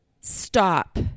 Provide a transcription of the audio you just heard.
stop